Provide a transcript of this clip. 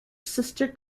sister